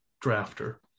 drafter